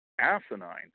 asinine